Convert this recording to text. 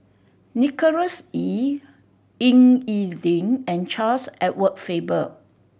Nicholas Ee Ying E Ding and Charles Edward Faber